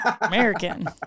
American